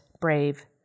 brave